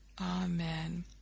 Amen